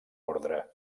ordre